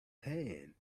hand